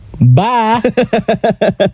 Bye